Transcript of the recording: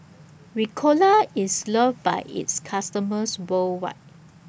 Ricola IS loved By its customers worldwide